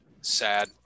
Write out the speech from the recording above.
sad